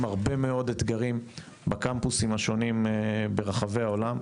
הרבה מאוד אתגרים בקמפוסים השונים ברחבי העולם.